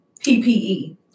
PPE